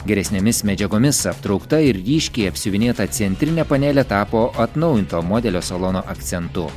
geresnėmis medžiagomis aptraukta ir ryškiai apsiuvinėta centrinė panelė tapo atnaujinto modelio salono akcentu